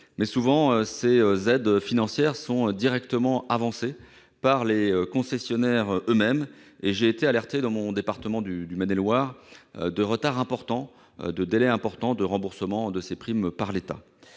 Mais, souvent, ces aides financières sont directement avancées par les concessionnaires eux-mêmes, et j'ai été alerté, dans mon département de Maine-et-Loire, sur les délais importants de remboursement de ces primes par l'État.